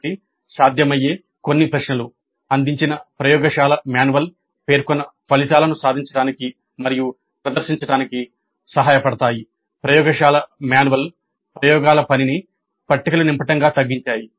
కాబట్టి సాధ్యమయ్యే కొన్ని ప్రశ్నలు "అందించిన ప్రయోగశాల మాన్యువల్లు పేర్కొన్న ఫలితాలను సాధించడానికి మరియు ప్రదర్శించడానికి సహాయపడతాయి" "ప్రయోగశాల మాన్యువల్లు ప్రయోగశాల పనిని పట్టికలను నింపడం 'గా తగ్గించాయి